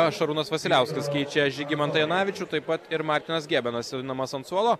o šarūnas vasiliauskas keičia žygimantą janavičių taip pat ir martinas gebenas jau namuos ant suolo